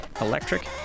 electric